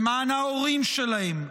למען ההורים שלהם,